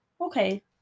okay